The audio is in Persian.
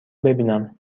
ببینم